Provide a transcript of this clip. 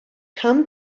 come